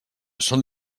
són